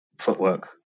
footwork